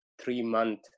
three-month